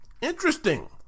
Interesting